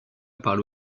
parle